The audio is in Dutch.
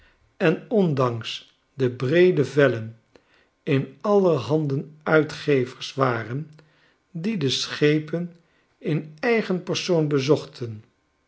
en ondanks de breede vellen in aller handen uitgevers waren die de schepen in eigen persoon bezochten